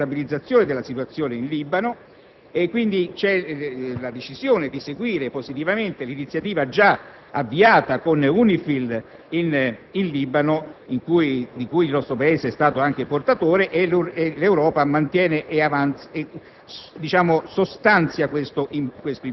La Presidenza tedesca sarà a favore di un'ulteriore stabilizzazione della situazione in Libano. Quindi, c'è la decisione di seguire positivamente l'iniziativa già avviata con UNIFIL in Libano, di cui il nostro Paese è stato anche portatore; dunque, l'Europa mantiene e sostanzia